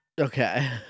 okay